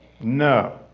No